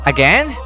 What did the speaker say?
Again